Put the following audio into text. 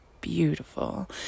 beautiful